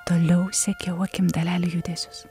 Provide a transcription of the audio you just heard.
toliau sekiau akim dalelių judesius